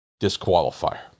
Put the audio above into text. disqualifier